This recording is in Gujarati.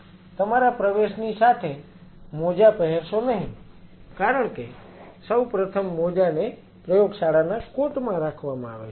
તમારા પ્રવેશની સાથે મોજા પહેરશો નહીં કારણ કે સૌ પ્રથમ મોજાને પ્રયોગશાળાના કોટ માં રાખવામાં આવે છે